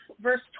verse